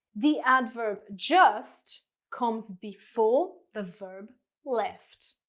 the adverb just comes before the verb left,